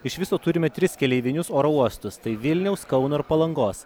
iš viso turime tris keleivinius oro uostus tai vilniaus kauno ir palangos